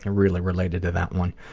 and really related to that one.